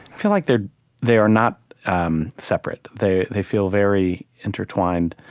feel like they they are not um separate. they they feel very intertwined.